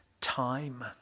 time